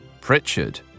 Pritchard